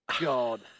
God